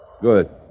Good